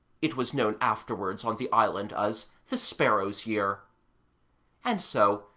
it was known afterwards on the island as the sparrow's year and so,